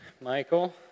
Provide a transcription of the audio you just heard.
michael